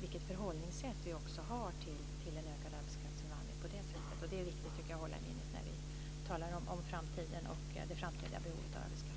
vilket förhållningssätt vi har till en ökad arbetskraftsinvandring. Det är viktigt att hålla i minnet när vi talar om framtiden och det framtida behovet av arbetskraft.